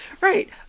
right